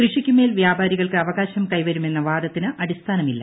കൃഷിക്കുമേൽ വ്യാപാരികൾക്ക് അവകാശം കൈവരുമെന്ന വാദത്തിന് അടിസ്ഥാനമില്ല